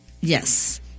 yes